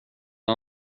den